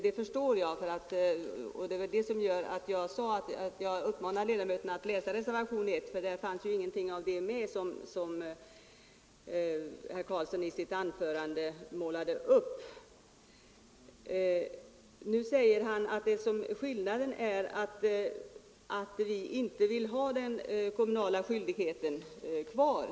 Det förstår jag, och det var det som gjorde att jag uppmanade ledamöterna att läsa reservationen 1. Där finns ju ingenting med av det som herr Karlsson i sitt anförande målade upp. Nu säger han att skillnaden är att vi inte vill ha den kommunala skyldigheten kvar.